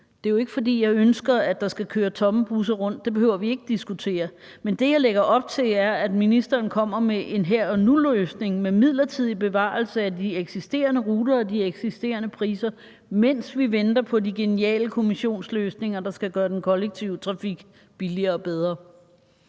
Det er jo ikke, fordi jeg ønsker, at der skal køre tomme busser rundt. Det behøver vi ikke at diskutere. Men det, jeg lægger op til, er, at ministeren kommer med en her og nu-løsning med en midlertidig bevarelse af de eksisterende ruter og de eksisterende priser, mens vi venter på de geniale kommissionsløsninger, der skal gøre den kollektive trafik billigere og bedre.